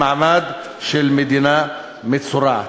למעמד של מדינה מצורעת.